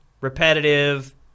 repetitive